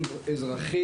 24 חודשים,